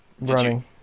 Running